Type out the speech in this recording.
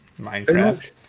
Minecraft